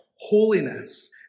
holiness